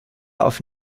auf